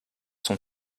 son